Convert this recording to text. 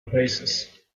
basis